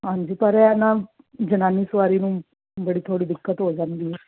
ਹਾਂਜੀ ਪਰ ਇਹ ਨਾ ਜਨਾਨੀ ਸਵਾਰੀ ਨੂੰ ਬੜੀ ਥੋੜ੍ਹੀ ਦਿੱਕਤ ਹੋ ਜਾਂਦੀ ਹੈ